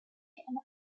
becoming